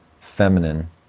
Feminine